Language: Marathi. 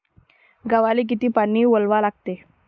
गव्हाले किती पानी वलवा लागते?